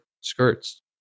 skirts